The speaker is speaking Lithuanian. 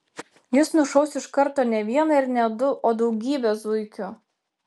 jis nušaus iš karto ne vieną ir ne du o daugybę zuikių